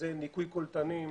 זה ניקוי קולטנים,